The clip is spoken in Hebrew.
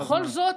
אבל בכל זאת,